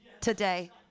today